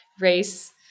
race